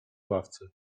ławce